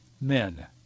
men